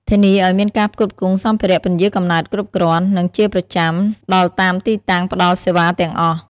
ធានាឱ្យមានការផ្គត់ផ្គង់សម្ភារៈពន្យារកំណើតគ្រប់គ្រាន់ និងជាប្រចាំដល់តាមទីតាំងផ្ដល់សេវាទាំងអស់ ។